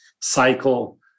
cycle